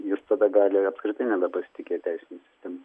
jis tada gali apskritai nebepasitikėti teisine sistema